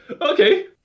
Okay